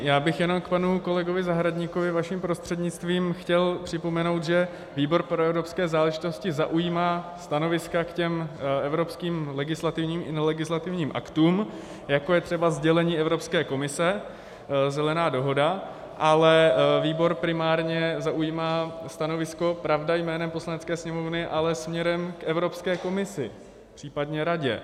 Já bych jenom panu kolegovi Zahradníkovi vaším prostřednictvím chtěl připomenout, že výbor pro evropské záležitosti zaujímá stanoviska k evropským legislativním i nelegislativním aktům, jako je třeba sdělení Evropské komise, Zelená dohoda, ale výbor primárně zaujímá stanovisko, pravda, jménem Poslanecké sněmovny, ale směrem k Evropské komisi, případně Radě.